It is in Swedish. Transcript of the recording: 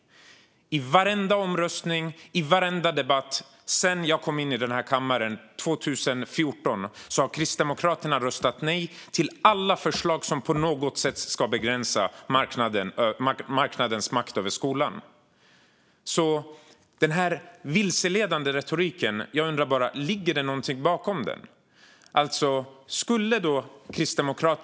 I varenda omröstning och i varenda debatt sedan jag kom in i den här kammaren 2014 har Kristdemokraterna röstat nej till alla förslag som på något sätt ska begränsa marknadens makt över skolan. Jag undrar om det ligger något bakom den här vilseledande retoriken.